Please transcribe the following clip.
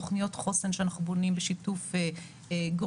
תוכניות חוסן שאנחנו בונים בשיתוף גורמים